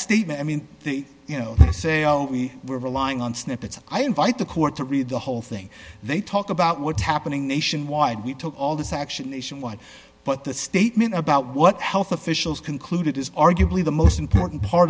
statement i mean you know i say we were relying on snippets i invite the court to read the whole thing they talk about what's happening nationwide we took all this action nationwide but the statement about what health officials concluded is arguably the most important part